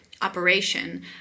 operation